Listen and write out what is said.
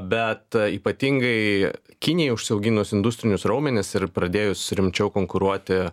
bet ypatingai kinijai užsiauginus industrinius raumenis ir pradėjus rimčiau konkuruoti